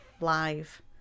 live